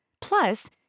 Plus